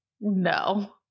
No